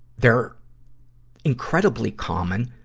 they're incredibly common,